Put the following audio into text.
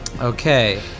Okay